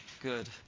good